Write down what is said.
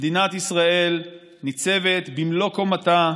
מדינת ישראל ניצבת במלוא קומתה,